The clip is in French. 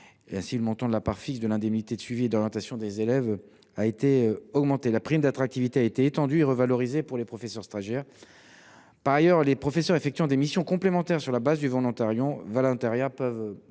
Ainsi, le montant de la part fixe de l’indemnité de suivi et d’orientation des élèves a été augmenté. La prime d’attractivité a été étendue et revalorisée pour les professeurs stagiaires. Par ailleurs, les professeurs effectuant des missions complémentaires sur la base du volontariat peuvent